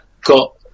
got